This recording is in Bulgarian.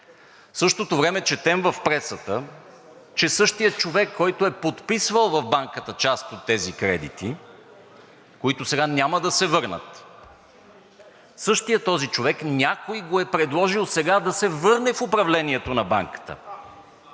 В същото време четем в пресата, че същият човек, който е подписвал в Банката част от тези кредити, които сега няма да се върнат, същият този човек някой го е предложил сега да се върне в управлението на банката.